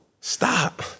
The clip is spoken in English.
stop